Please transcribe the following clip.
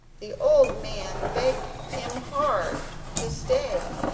the old man begged him hard to stay,